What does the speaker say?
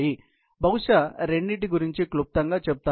నేను బహుశా రెండింటి గురించి క్లుప్తంగా చెప్తాను